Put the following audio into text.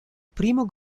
primo